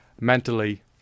mentally